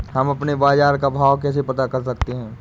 हम अपने बाजार का भाव कैसे पता कर सकते है?